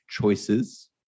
choices